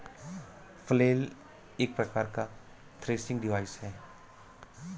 flail एक प्रकार का थ्रेसिंग डिवाइस है